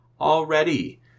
already